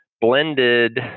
Blended